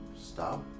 Stop